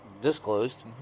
disclosed